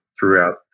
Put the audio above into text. throughout